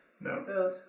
No